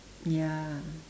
ya